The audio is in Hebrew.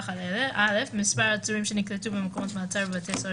(א) מספר העצורים שנקלטו במקומות מעצר ובבתי הסוהר